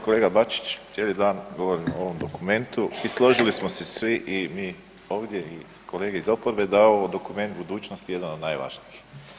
Kolega Bačić, cijeli dan govorimo o ovom dokumentu i složili smo se svi i mi ovdje i kolege iz oporbe, da je ovo dokument budućnosti i jedan od najvažnijih.